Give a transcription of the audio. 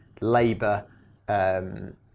labour